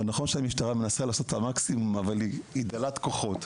נכון שהמשטרה מנסה לעשות את המקסימום אבל היא דלת כוחות.